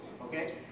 okay